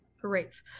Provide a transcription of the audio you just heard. great